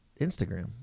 Instagram